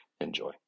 Enjoy